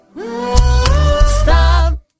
Stop